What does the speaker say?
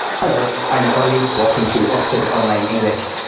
hello, i'm oli. welcome to oxford online english!